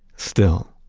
still,